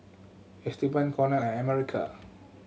Esteban Cornel and America